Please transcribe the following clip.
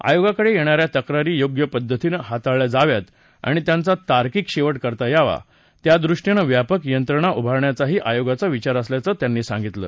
आयोगाकडे येणा या तक्रारी योग्य पद्धतीनं हाताळल्या जाव्यात आणि त्यांचा तार्किक शेवट करता यावा यादृष्टीनं व्यापक यंत्रणा उभारण्याचाही आयोगाचा विचार असल्याचं त्यांनी सांगितलं